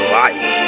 life